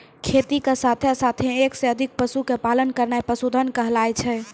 खेती के साथॅ साथॅ एक या अधिक पशु के पालन करना पशुधन कहलाय छै